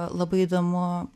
labai įdomu